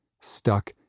stuck